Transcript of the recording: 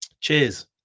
Cheers